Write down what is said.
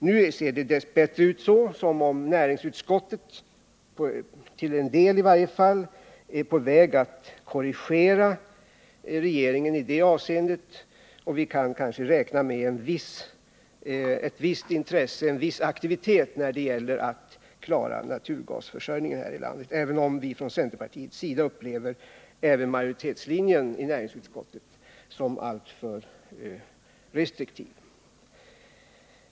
Nu ser det dess bättre ut som om näringsutskottet —till en del i varje fall —är på väg att korrigera regeringen i det avseendet, och vi kan kanske räkna med ett visst intresse och en viss aktivitet när det gäller att klara naturgasförsörjningen för landet, även om vi från centerpartiet upplever även majoritetslinjen i näringsutskottet som alltför restriktiv.